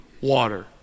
water